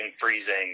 freezing